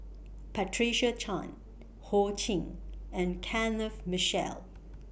Patricia Chan Ho Ching and Kenneth Mitchell